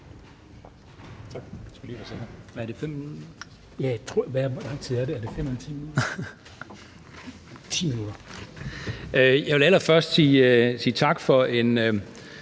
Jeg vil allerførst sige tak for en